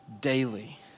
Daily